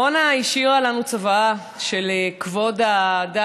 זה החבר שלך כבל.